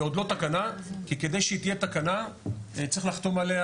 היא עוד לא תקנה כי כדי שהיא תהיה תקנה צריכים לחתום עליה